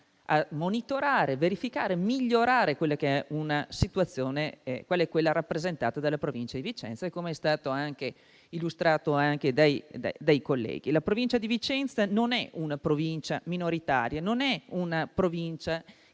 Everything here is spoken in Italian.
a monitorare, verificare, migliorare una situazione quale quella rappresentata dalla provincia di Vicenza. Come è stato illustrato anche dai colleghi, la Provincia di Vicenza non è una provincia minoritaria, non è una Provincia